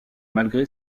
malgré